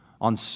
on